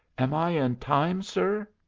am i in time, sir?